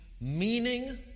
meaning